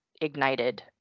ignited